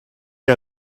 que